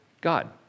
God